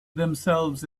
themselves